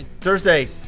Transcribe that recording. Thursday